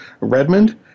Redmond